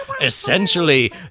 Essentially